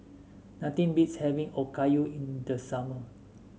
nothing beats having Okayu in the summer